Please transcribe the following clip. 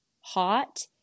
hot